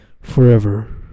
forever